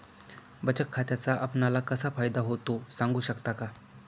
बचत खात्याचा आपणाला कसा फायदा होतो? सांगू शकता का?